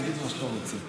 תגיד מה שאתה רוצה.